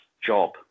job